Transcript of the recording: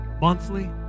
monthly